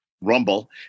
Rumble